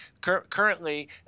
Currently